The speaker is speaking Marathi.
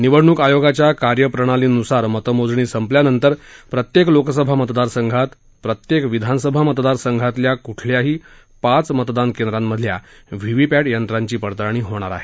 निवडणूक आयोगाच्या कार्यप्रणाली नुसार मतमोजणी संपल्यानंतर प्रत्येक लोकसभा मतदारसंघात प्रत्येक विधानसभा मतदार संघातल्या कुठल्याही पाच मतदान केंद्रांमधल्या व्ही व्ही पॅथ यंत्रांची पडताळणी होणार आहे